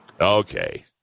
Okay